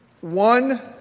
one